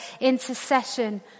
intercession